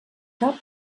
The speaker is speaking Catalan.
cap